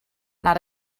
not